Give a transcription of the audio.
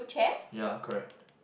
ya correct